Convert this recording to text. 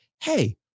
Hey